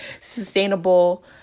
Sustainable